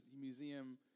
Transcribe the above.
museum